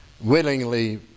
willingly